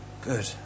good